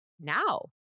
now